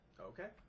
Okay